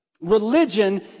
Religion